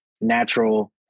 natural